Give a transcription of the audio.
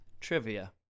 trivia